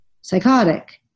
psychotic